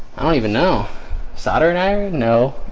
i don't even know soldering iron. no,